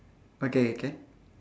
okay can